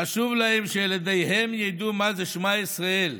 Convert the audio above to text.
חשוב להם שילדיהם ידעו מה זה "שמע ישראל",